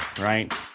right